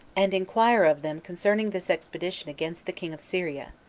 and inquire of them concerning this expedition against the king of syria,